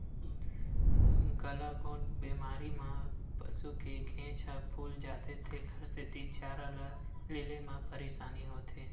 गलाघोंट बेमारी म पसू के घेंच ह फूल जाथे तेखर सेती चारा ल लीले म परसानी होथे